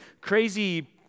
crazy